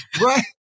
Right